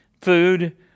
food